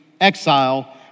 exile